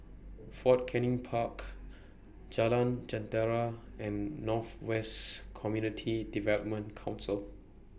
Fort Canning Park Jalan Jentera and North West Community Development Council